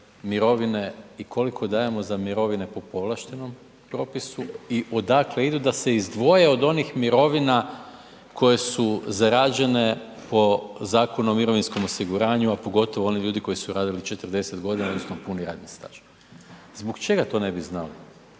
i koliko dajemo za mirovine po povlaštenom propisu i odakle idu da se izdvoje od onih mirovina koje su zarađene po Zakonu o mirovinskom osiguranju, a pogotovo oni ljudi koji su radili 40 godina odnosno puni radni staž. Zbog čega to ne bi znali?